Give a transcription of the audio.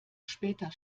später